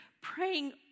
praying